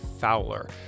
Fowler